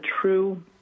true